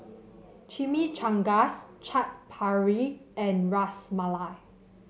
Chimichangas Chaat Papri and Ras Malai